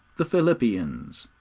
the philippians,